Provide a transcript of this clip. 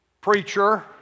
preacher